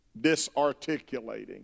disarticulating